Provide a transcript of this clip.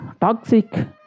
toxic